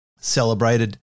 celebrated